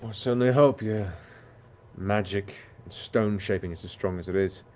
certainly hope your magic stone-shaping is as strong as it is.